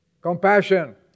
Compassion